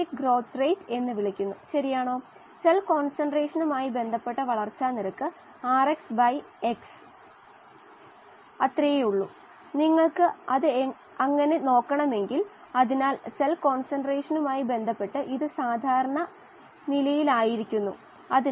ഗാഢത വേഗത്തിൽ കുറയുന്ന മേഖലയാണിത് പിന്നെ ദ്രാവകത്തിൻറെ ഗാഢത അല്ലെങ്കിൽ മോൾ ഫ്രാക്ഷൻ xAL കോശത്തിലെ 2 ഘട്ടങ്ങളിലാണ് കോശം ഒരു അർദ്ധ ഖര അർദ്ധ ദ്രാവക ഘട്ടത്തിൽ ആണ്